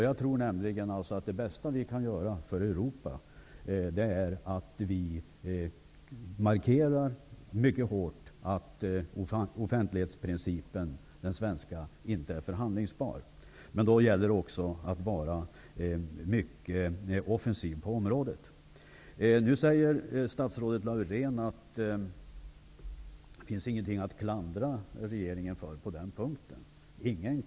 Jag tror att det bästa vi kan göra för Europa är att vi markerar mycket hårt att den svenska offentlighetsprincipen inte är förhandlingsbar. Men då gäller det också att vara mycket offensiv på området. Nu säger statsrådet Laurén att ingen kan klandra regeringen på den punkten.